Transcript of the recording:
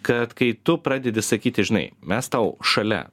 kad kai tu pradedi sakyti žinai mes tau šalia